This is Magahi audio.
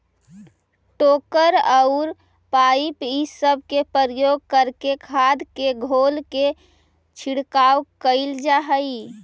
टैंकर औउर पाइप इ सब के प्रयोग करके खाद के घोल के छिड़काव कईल जा हई